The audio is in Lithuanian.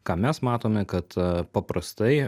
ką mes matome kad a paprastai